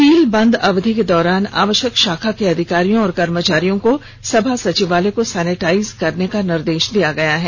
seal बंद अवधि के दौरान आवश्यक शाखा के अधिकारियों और कर्मचारियों को सभा सचिवालय को सैनिटाइज करने का निर्देश दिया गया है